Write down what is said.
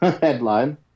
headline